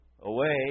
away